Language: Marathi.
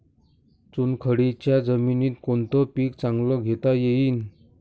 चुनखडीच्या जमीनीत कोनतं पीक चांगलं घेता येईन?